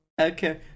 Okay